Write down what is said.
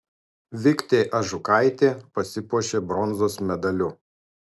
viktė ažukaitė pasipuošė bronzos medaliu